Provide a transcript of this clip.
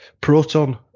Proton